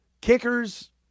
Kickers –